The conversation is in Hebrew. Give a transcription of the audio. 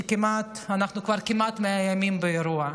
אנחנו כבר כמעט 100 ימים באירוע,